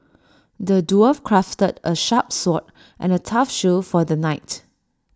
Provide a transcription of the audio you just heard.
the dwarf crafted A sharp sword and A tough shield for the knight